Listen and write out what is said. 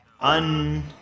un